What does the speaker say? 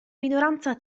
minoranza